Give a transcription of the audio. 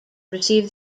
receive